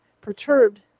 Perturbed